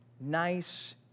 nice